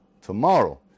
tomorrow